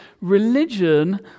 religion